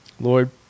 Lord